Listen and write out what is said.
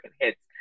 hits